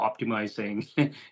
optimizing